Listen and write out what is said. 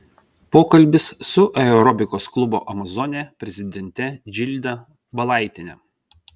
pokalbis su aerobikos klubo amazonė prezidente džilda valaitiene